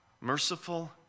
merciful